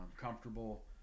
comfortable